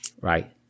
right